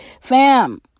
Fam